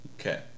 okay